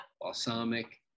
balsamic